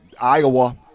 Iowa